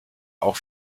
auch